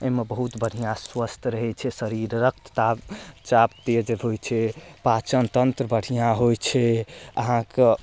अइमे बहुत बढ़िआँ स्वस्थ रहै छै शरीर रक्तचाप चाप तेज होइ छै पाचनतन्त्र बढ़िआँ होइ छै अहाँके